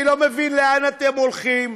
אני לא מבין לאן אתם הולכים.